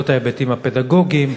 לא את ההיבטים הפדגוגיים,